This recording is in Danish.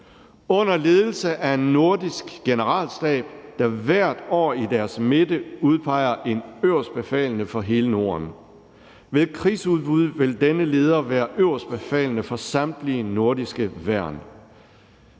under ledelse af en nordisk generalstab, der hvert år i deres midte udpeger en øverstbefalende for hele Norden. Ved krigsudbrud vil denne leder være øverstbefalende for samtlige nordiske værn.